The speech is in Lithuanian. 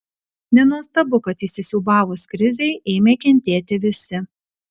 nenuostabu kad įsisiūbavus krizei ėmė kentėti visi